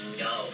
go